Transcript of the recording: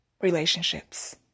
relationships